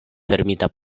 fermita